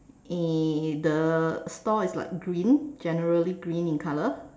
eh the store is like green generally green in colour